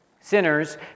Sinners